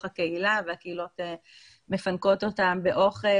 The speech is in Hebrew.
הקהילה והקהילות מפנקות אותם באוכל